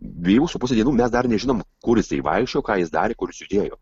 dviejų su puse dienų mes dar nežinom kur jisai vaikščiojo ką jis darė kur jis judėjo